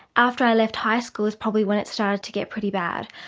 after i left high school is probably when it started to get pretty bad.